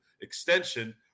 extension